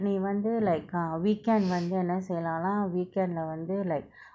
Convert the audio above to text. நீவந்து:neevanthu like ah weekend வந்து என்ன செய்லானா:vanthu enna seiyalana weekend lah வந்து:vanthu like